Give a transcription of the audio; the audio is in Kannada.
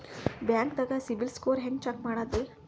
ಬ್ಯಾಂಕ್ದಾಗ ಸಿಬಿಲ್ ಸ್ಕೋರ್ ಹೆಂಗ್ ಚೆಕ್ ಮಾಡದ್ರಿ?